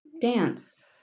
Dance